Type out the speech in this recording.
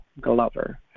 Glover